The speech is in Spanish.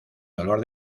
dolor